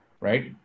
right